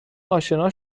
اشنا